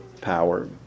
power